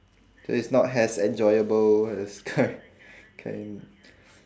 so it's not as enjoyable as cur~ curry m~